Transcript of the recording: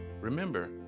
Remember